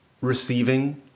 receiving